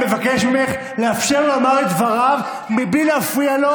אני מבקש ממך לאפשר לו לומר את דבריו בלי להפריע לו,